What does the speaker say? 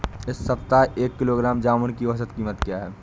इस सप्ताह एक किलोग्राम जामुन की औसत कीमत क्या है?